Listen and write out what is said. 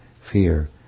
fear